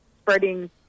spreading